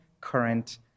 current